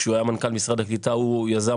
כשהוא היה מנכ"ל משרד הקליטה הוא יזם